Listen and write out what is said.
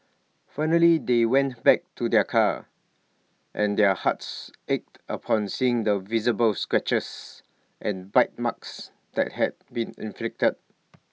finally they went back to their car and their hearts ached upon seeing the visible scratches and bite marks that had been inflicted